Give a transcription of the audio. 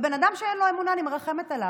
ובן אדם שאין לו אמונה, אני מרחמת עליו.